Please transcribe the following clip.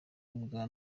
ubwa